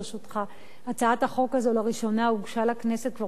ברשותך: הצעת החוק הזאת לראשונה הוגשה לכנסת כבר